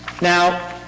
Now